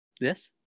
yes